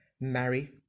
marry